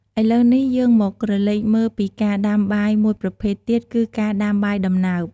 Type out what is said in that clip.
ឥឡុវនេះ យើងមកក្រឡេកមើលពីការដាំបាយមួយប្រភេទទៀតគឺ ការដាំបាយដំណើប។